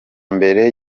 mbere